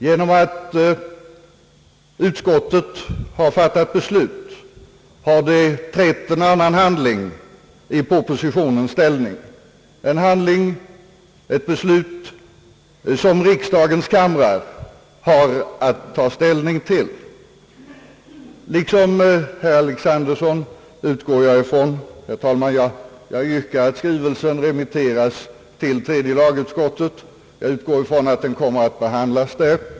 Genom att utskottet har fattat beslut har det trätt en annan handling i propositio nens ställe — en handling, ett beslut som riksdagens kamrar har att ta ställning till. Herr talman! Liksom herr Alexanderson yrkar jag att skrivelsen remitteras till tredje lagutskottet och utgår ifrån att den kommer att behandlas där.